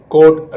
Code